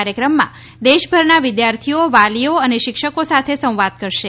કાર્યક્રમમાં દેશભરના વિદ્યાર્થીઓ વાલીઓ અને શિક્ષકો સાથે સંવાદ કરશે